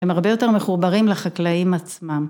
הם הרבה יותר מחוברים לחקלאים עצמם.